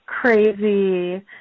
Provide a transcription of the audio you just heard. crazy